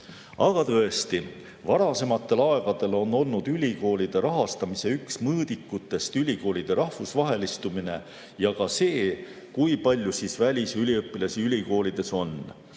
"Aga tõesti, varasematel aegadel on olnud ülikoolide rahastamise üks mõõdikutest ülikoolide rahvusvahelistumine ja ka see, kui palju välisüliõpilasi ülikoolis on.